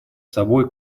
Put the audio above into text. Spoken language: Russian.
собой